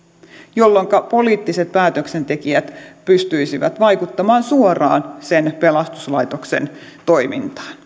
jolloinka poliittiset päätöksentekijät pystyisivät vaikuttamaan suoraan pelastuslaitoksen toimintaan